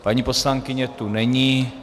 Paní poslankyně zde není.